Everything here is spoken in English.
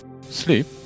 sleep